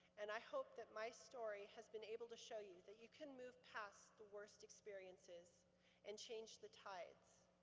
and i hope that my story has been able to show you that you can move past the worst experiences and change the tides.